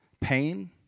pain